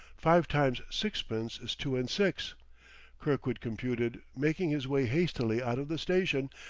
five times sixpence is two-and-six, kirkwood computed, making his way hastily out of the station,